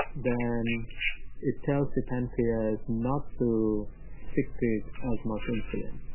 then it tells the pancreas not to secrete as much insulin.